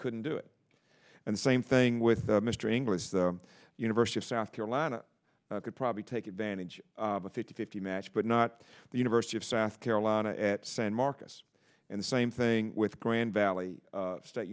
couldn't do it and same thing with mr inglis the university of south carolina could probably take advantage of a fifty fifty match but not the university of south carolina at san marcus and the same thing with grand valley state